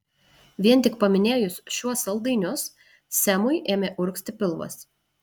vien tik paminėjus šiuos saldainius semui ėmė urgzti pilvas